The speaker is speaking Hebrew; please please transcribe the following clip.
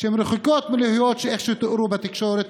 שרחוקות מלהיות איך שהן תוארו בתקשורת